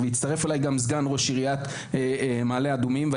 וגם יצטרף אליי סגן ראש עיריית מעלה אדומים,